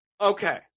Okay